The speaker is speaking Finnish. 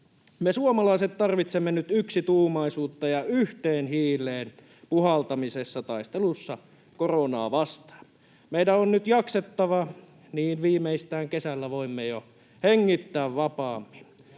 Me suomalaiset tarvitsemme nyt yksituumaisuutta ja yhteen hiileen puhaltamista taistelussa koronaa vastaan. Meidän on nyt jaksettava, jotta viimeistään kesällä voimme jo hengittää vapaammin.